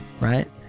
right